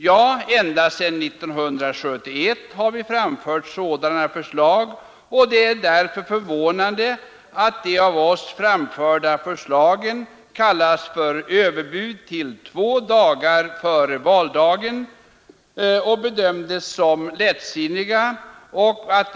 Ja, ända sedan 1971 har vi framfört sådana förslag, och det är därför förvånande att de av oss framförda förslagen kallades för överbud och bedömdes som lättsinniga till två dagar före valdagen.